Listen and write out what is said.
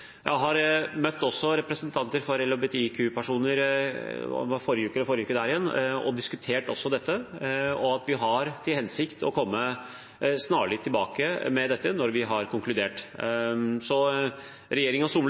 Jeg har møtt representanter for LHBTIQ-personer – det var i forrige uke eller uken før det – og diskutert dette, og vi har til hensikt å komme snarlig tilbake med dette når vi har konkludert.